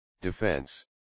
Defense